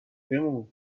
بمون